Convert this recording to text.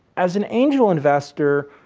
as an angel investor,